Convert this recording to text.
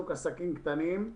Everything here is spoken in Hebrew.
קטנים.